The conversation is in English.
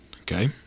Okay